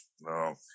no